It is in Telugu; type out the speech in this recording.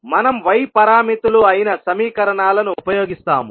మనం y పారామితులు అయిన సమీకరణాలను ఉపయోగిస్తాము